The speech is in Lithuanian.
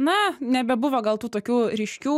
na nebebuvo gal tų tokių ryškių